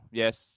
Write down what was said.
yes